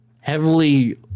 heavily